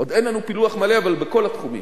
עוד אין לנו פילוח מלא, אבל בכל התחומים,